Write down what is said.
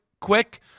quick